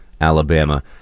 Alabama